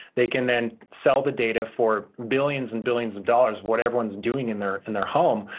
they can then sell the data for billions and billions of dollars, what everyone's doing in their in their home,